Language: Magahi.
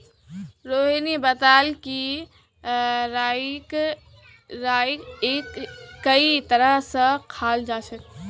रोहिणी बताले कि राईक कई तरह स खाल जाछेक